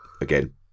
again